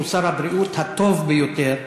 הוא שר הבריאות הטוב ביותר,